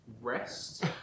rest